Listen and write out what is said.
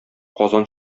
казан